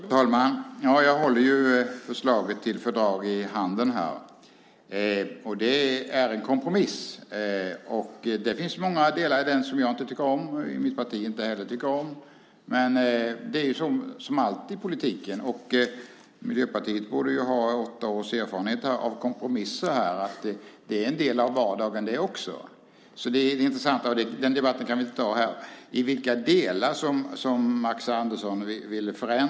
Fru talman! Jag håller förslaget till fördrag i handen. Det är en kompromiss. Det finns många delar i det som jag och mitt parti inte tycker om, men så är det ju med allt i politiken. Miljöpartiet borde ha åtta års erfarenhet av kompromisser. Också det är en del av vardagen. Det vore intressant att höra i vilka delar Max Andersson vill förändra förslaget, men den debatten kan vi inte ta nu.